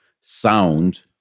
sound